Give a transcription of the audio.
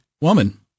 woman